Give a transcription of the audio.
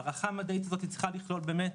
ההערכה המדעית הזאת צריכה לכלול באמת